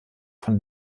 von